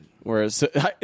whereas